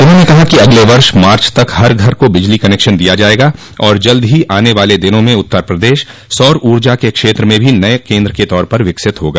उन्होंने कहा कि अगले वर्ष मार्च तक हर घर को बिजली कनेक्शन दिया जायगा और जल्द ही आने वाले दिनों में उत्तर प्रदेश सौर ऊर्जा के क्षेत्र में भी नये केन्द्र के तौर पर विकसित होगा